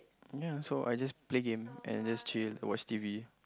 ya so I just play game and just chill and watch T_V